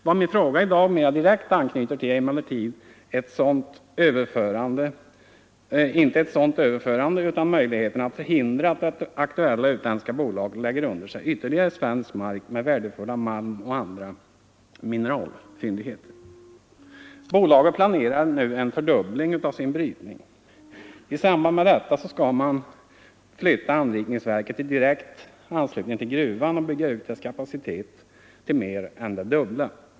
Vad min fråga i dag mera direkt anknyter till är emellertid inte ett sådant överförande utan möjligheterna att förhindra att det aktuella utländska bolaget lägger under sig ytterligare svensk mark med värdefulla malmoch andra mineralfyndigheter. Bolaget planerar nu en fördubbling av sin brytning. I samband med detta skall man flytta anrikningsverket direkt till gruvan och bygga ut dess kapacitet till mer än det dubbla.